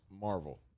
Marvel